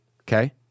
Okay